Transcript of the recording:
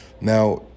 Now